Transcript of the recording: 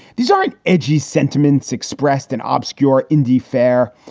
these aren't edgy sentiments expressed in obscure indie fare.